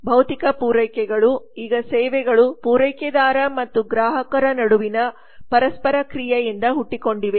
ಭೌತಿಕ ಪೂರೈಕೆಗಳು ಈಗ ಸೇವೆಗಳು ಪೂರೈಕೆದಾರ ಮತ್ತು ಗ್ರಾಹಕರ ನಡುವಿನ ಪರಸ್ಪರ ಕ್ರಿಯೆಯಿಂದ ಹುಟ್ಟಿಕೊಂಡಿವೆ